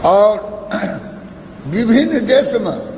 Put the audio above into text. आओर विभिन्न देसमे